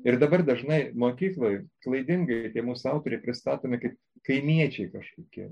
ir dabar dažnai mokykloj klaidingai tie mūsų autoriai pristatomi kaip kaimiečiai kažkokie